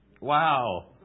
Wow